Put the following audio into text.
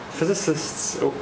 Physicists